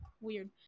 weird